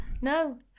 No